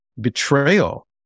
betrayal